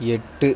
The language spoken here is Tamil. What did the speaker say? எட்டு